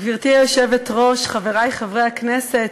גברתי היושבת-ראש, חברי חברי הכנסת,